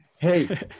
Hey